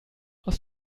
aus